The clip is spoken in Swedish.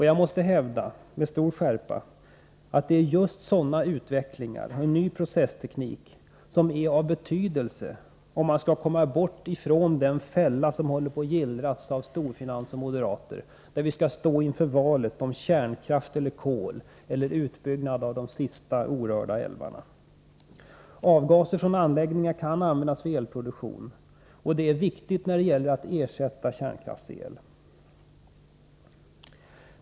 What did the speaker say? Jag måste hävda med stor skärpa att det är just sådana utvecklingar som är av betydelse, om man skall komma bort från den fälla som håller på att gillras av storfinans och moderater, där vi skall stå inför valet mellan kärnkraft och koleller utbyggnad av de sista orörda älvarna. Avgaser från anläggningar kan användas för elproduktion, vilket är viktigt när det gäller att ersätta kärnkraftsel.